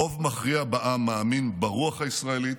רוב מכריע בעם מאמין ברוח הישראלית,